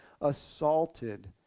assaulted